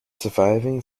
surviving